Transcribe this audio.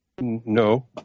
No